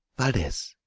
valdes,